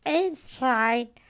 inside